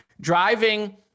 Driving